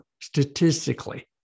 statistically